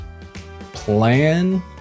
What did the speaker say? plan